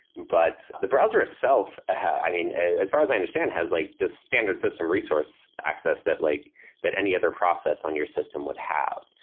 but the browser itself i mean, as far as i understand, has like the standard system resource access that like that any other process on your system would have.